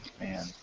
man